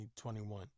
2021